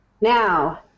Now